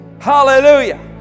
hallelujah